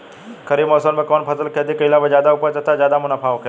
खरीफ़ मौसम में कउन फसल के खेती कइला पर ज्यादा उपज तथा ज्यादा मुनाफा होखेला?